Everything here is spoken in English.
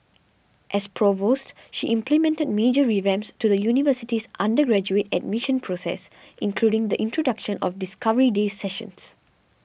as provost she implemented major revamps to the university's undergraduate admission process including the introduction of Discovery Day sessions